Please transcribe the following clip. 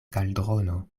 kaldrono